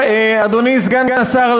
אדוני סגן השר,